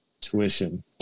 tuition